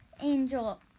angel